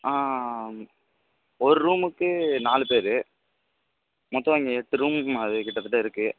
ஒரு ரூமுக்கு நாலு பேர் மொத்தம் இங்கே எட்டு ரூம் அது கிட்டத்தட்டே இருக்குது